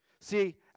See